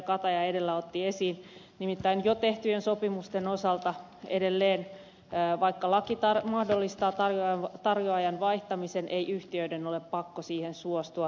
kataja edellä otti esiin nimittäin jo tehtyjen sopimusten osalta edelleenkään vaikka laki mahdollistaa tarjoajan vaihtamisen ei yhtiöiden ole pakko siihen suostua